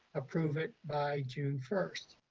approve it by june first.